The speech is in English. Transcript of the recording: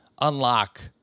unlock